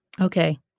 Okay